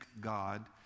God